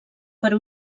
per